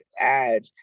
add